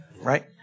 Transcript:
right